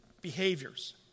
behaviors